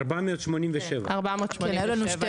היו לנו שתי